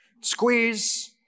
Squeeze